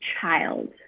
child